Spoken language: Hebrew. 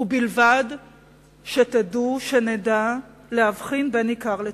ובלבד שתדעו, שנדע להבחין בין עיקר לטפל.